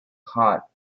hot